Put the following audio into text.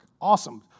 awesome